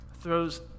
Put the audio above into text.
throws